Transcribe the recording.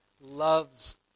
loves